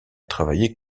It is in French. travaillé